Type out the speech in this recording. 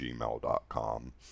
gmail.com